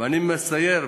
ואני מסייר.